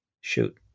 Shoot